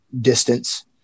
distance